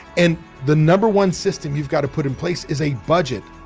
and the number one system you've got to put in place is a budget.